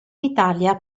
italia